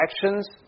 actions